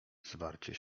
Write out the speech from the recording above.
zwarcie